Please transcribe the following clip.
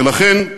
ולכן,